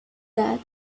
that